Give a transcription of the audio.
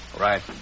Right